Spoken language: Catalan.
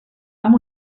amb